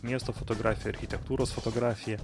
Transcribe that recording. miesto fotografiją architektūros fotografiją